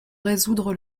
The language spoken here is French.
résoudre